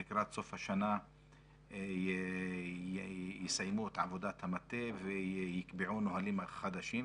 לקראת סוף השנה יסיימו את עבודת המטה ויקבעו נהלים חדשים,